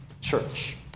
church